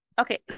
okay